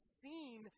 seen